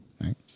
right